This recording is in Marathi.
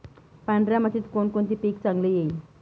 पांढऱ्या मातीत कोणकोणते पीक चांगले येईल?